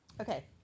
Okay